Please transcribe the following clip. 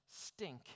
stink